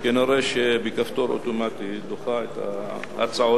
חקיקה כנראה בכפתור אוטומטי דוחה את ההצעות.